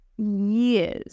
Years